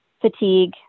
fatigue